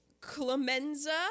Clemenza